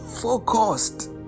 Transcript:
focused